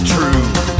True